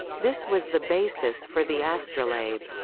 this was the basis for the astrolabe.